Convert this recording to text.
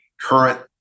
current